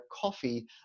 coffee